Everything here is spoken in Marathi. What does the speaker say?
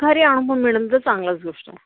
घरी आणून मिळालं तर चांगलंच गोष्ट